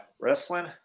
wrestling